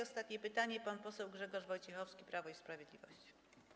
Ostatnie pytanie, pan poseł Grzegorz Wojciechowski, Prawo i Sprawiedliwość.